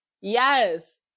Yes